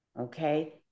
okay